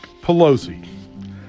Pelosi